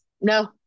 No